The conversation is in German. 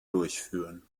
durchführen